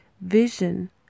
vision